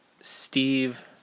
Steve